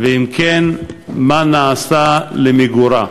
2. אם כן, מה נעשה למיגורה?